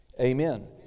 Amen